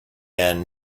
ann